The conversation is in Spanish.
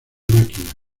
máquinas